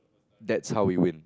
that's how we win